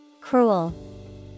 Cruel